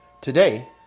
Today